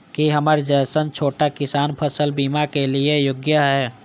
की हमर जैसन छोटा किसान फसल बीमा के लिये योग्य हय?